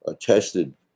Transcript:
tested